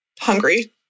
hungry